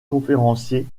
conférencier